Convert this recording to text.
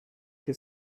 che